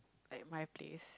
at my place